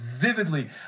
vividly